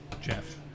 Jeff